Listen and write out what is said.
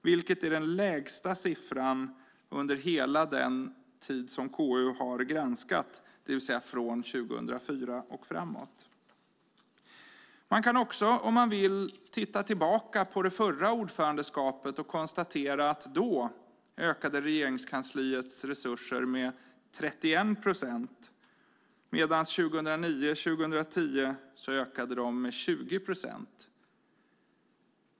Det är den lägsta siffran under hela den tid som KU har granskat, det vill säga från år 2004 och framåt. Man kan också, om man så vill, gå tillbaka till förra ordförandeskapet. Då ökade Regeringskansliets resurser med 31 procent, medan ökningen 2009-2010 var 20 procent.